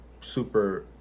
super